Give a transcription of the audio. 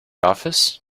office